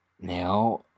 Now